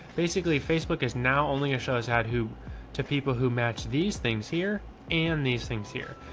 basically facebook is now only a show has had who to people who match these things here and these things here.